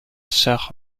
sœur